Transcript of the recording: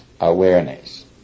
awareness